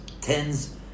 Tens